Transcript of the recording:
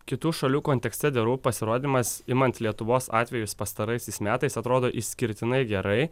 kitų šalių kontekste the roop pasirodymas imant lietuvos atvejus pastaraisiais metais atrodo išskirtinai gerai